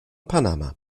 panama